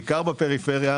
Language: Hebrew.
בעיקר בפריפריה.